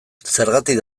zergatik